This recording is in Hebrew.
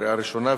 בקריאה ראשונה,